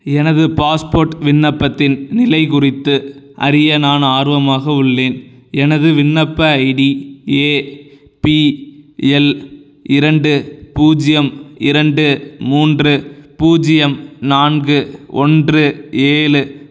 எனது பாஸ்போர்ட் விண்ணப்பத்தின் நிலை குறித்து அறிய நான் ஆர்வமாக உள்ளேன் எனது விண்ணப்ப ஐடி ஏபிஎல் இரண்டு பூஜ்யம் இரண்டு மூன்று பூஜ்யம் நான்கு ஒன்று ஏழு